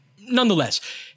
Nonetheless